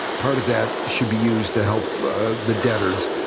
part of that should be used to help ah the debtors,